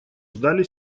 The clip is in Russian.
ждали